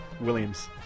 Williams